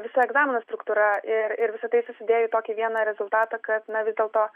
viso egzamino struktūra ir ir visa tai susidėjo į tokį vieną rezultatą kad na vis dėlto